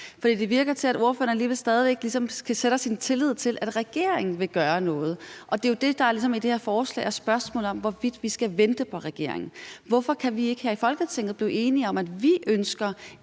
For det virker til, at ordføreren alligevel stadig væk ligesom lægger sin tillid hos regeringen, i forhold til at regeringen vil gøre noget, og det er jo det, der i det her forslag ligesom er spørgsmålet, altså hvorvidt vi skal vente på regeringen. Hvorfor kan vi ikke her i Folketinget blive enige om, at vi ønsker